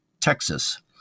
Texas